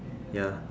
ya